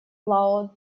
лао